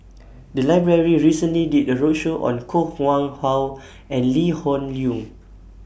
The Library recently did A roadshow on Koh Nguang How and Lee Hoon Leong